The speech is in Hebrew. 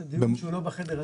זה דיון שהוא לא בחדר הזה.